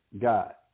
God